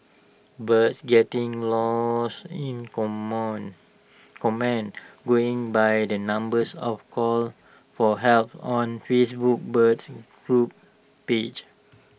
birds getting lost in common going by the numbers of calls for help on Facebook birds group pages